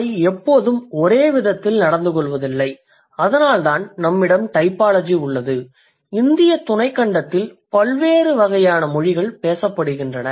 அவை எப்போதுமே ஒரே விதத்தில் நடந்து கொள்வதில்லை அதனால்தான் நம்மிடம் டைபாலஜி உள்ளது இந்திய துணைக் கண்டத்தில் பல்வேறு வகையான மொழிகள் பேசப்படுகின்றன